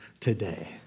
today